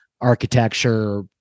architecture